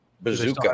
Bazooka